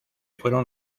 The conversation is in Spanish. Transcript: fueron